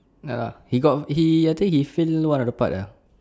no lah he got he I think he fail one of the part ah